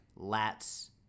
lats